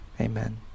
Amen